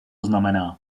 znamená